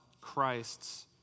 Christ's